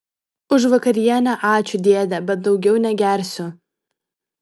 už vakarienę ačiū dėde bet daugiau negersiu